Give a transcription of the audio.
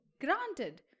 Granted